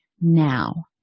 now